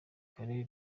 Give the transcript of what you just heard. kare